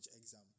exam